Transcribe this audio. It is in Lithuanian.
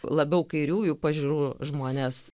labiau kairiųjų pažiūrų žmonės